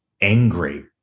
angry